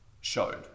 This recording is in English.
showed